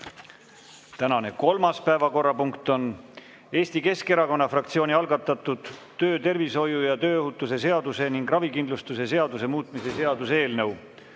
Tänane kolmas päevakorrapunkt on Eesti Keskerakonna fraktsiooni algatatud töötervishoiu ja tööohutuse seaduse ning ravikindlustuse seaduse muutmise seaduse eelnõu